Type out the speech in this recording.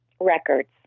records